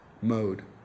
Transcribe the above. Mode